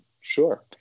sure